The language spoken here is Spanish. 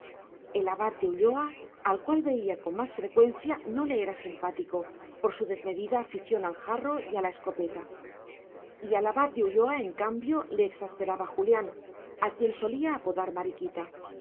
el abad de ulloa al cual veía con más frecuencia no le era simpático por su desmedida afición al jarro y a la escopeta y al abad de ulloa en cambio le exasperaba julián a quien solía apodar mariquita